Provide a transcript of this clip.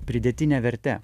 pridėtine verte